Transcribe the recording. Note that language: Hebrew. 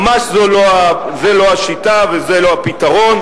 ממש לא זו השיטה ולא זה הפתרון.